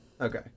Okay